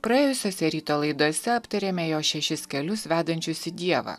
praėjusiose ryto laidose aptarėme jo šešis kelius vedančius į dievą